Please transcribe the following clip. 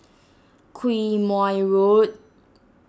Quemoy Road